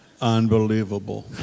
Unbelievable